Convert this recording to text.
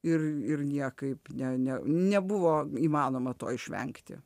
ir ir niekaip ne ne nebuvo įmanoma to išvengti